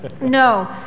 No